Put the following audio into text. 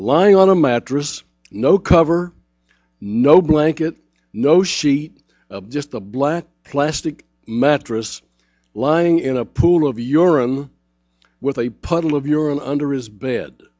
lying on a mattress no cover no blanket no sheet just a black plastic mattress lying in a pool of urine with a puddle of urine under is bed